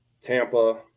Tampa